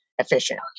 efficient